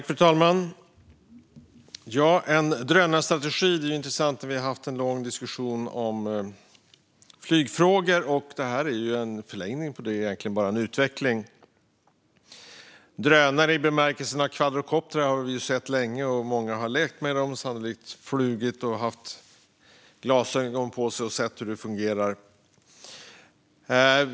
Fru talman! Det är intressant att vi har haft en lång diskussion om flygfrågor, och en drönarstrategi är egentligen bara en förlängning eller utveckling av det. Drönare i bemärkelsen kvadrokoptrar har vi sett länge, och många har lekt med dem, sannolikt flugit dem, haft glasögon på sig och sett hur de fungerar.